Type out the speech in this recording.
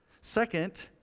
Second